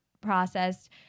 processed